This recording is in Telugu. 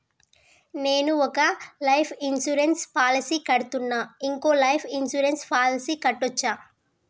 నేను ఒక లైఫ్ ఇన్సూరెన్స్ పాలసీ కడ్తున్నా, ఇంకో లైఫ్ ఇన్సూరెన్స్ పాలసీ కట్టొచ్చా?